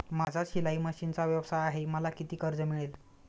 माझा शिलाई मशिनचा व्यवसाय आहे मला किती कर्ज मिळेल?